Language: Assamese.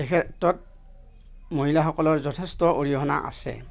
এই ক্ষেত্ৰত মহিলাসকলৰ যথেষ্ট অৰিহনা আছে